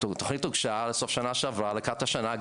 התוכנית הוגשה בסוף שנה שעברה לקראת השנה,